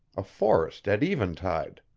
a forest at eventide.